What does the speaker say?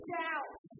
doubt